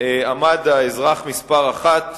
עמד האזרח מספר אחת,